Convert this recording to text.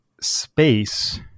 space